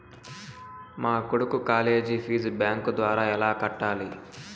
మా కొడుకు college fees bank ద్వారా ఎలా కట్టాలి?